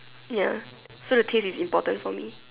ya so the taste is important for me